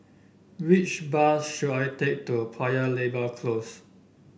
which bus should I take to Paya Lebar Close